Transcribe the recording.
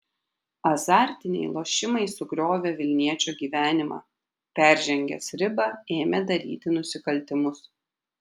azartiniai lošimai sugriovė vilniečio gyvenimą peržengęs ribą ėmė daryti nusikaltimus